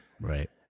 Right